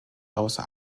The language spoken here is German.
außer